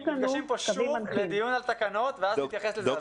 נפגשים פה שוב לדיון על תקנות ואז נתייחס לזה.